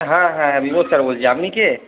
হ্যাঁ হ্যাঁ বিমল স্যার বলছি আপনি কে